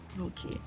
Okay